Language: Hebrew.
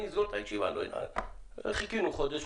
אני אסגור את הישיבה - חיכינו חודש,